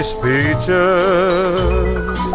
speeches